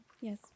yes